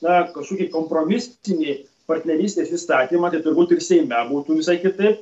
na kažkokį kompromistinį partnerystės įstatymą tai turbūt ir seime būtų visai kitaip